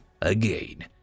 Again